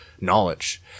knowledge